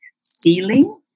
ceiling